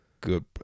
good